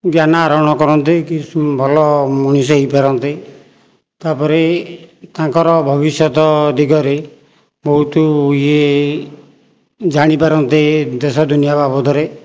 ଜ୍ଞାନ ଆହରଣ କରନ୍ତି କି ସୁ ଭଲ ମଣିଷ ହୋଇପାରନ୍ତି ତାପରେ ତାଙ୍କର ଭବିଷ୍ୟତ ଦିଗରେ ବହୁତ ଇଏ ଜାଣିପାରନ୍ତେ ଦେଶ ଦୁନିଆଁ ବାବଦରେ